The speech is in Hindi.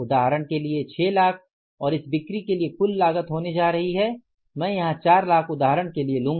उदाहरण के लिए 6 लाख और इस बिक्री के लिए कुल लागत होने जा रही है मैं यहां चार लाख उदाहरण के लिए लूँगा